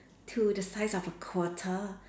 to the size of a quarter